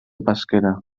pesquera